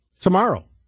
tomorrow